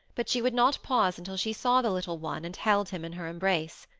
but she would not pause until she saw the little one and held him in her embrace.